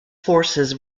forces